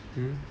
hmm